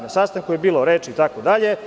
Na sastanku je bilo reči itd.